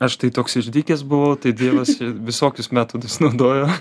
aš tai toks išdykęs buvau tai dievas visokius metodus naudojo